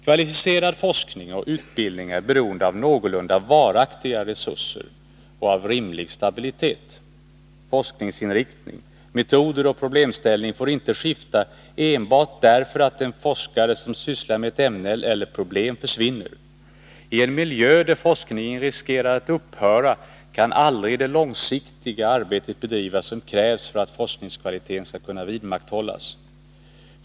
Kvalificerad forskning och utbildning är beroende av någorlunda varaktiga resurser och av rimlig stabilitet. Forskningsinriktning, metoder och problemställning får inte skifta enbart därför att en forskare som sysslar med ett ämne eller problem försvinner. I en miljö där forskningen riskerar att upphöra kan aldrig det långsiktiga arbete bedrivas som krävs för att forskningskvaliteten skall kunna vidmakthållas.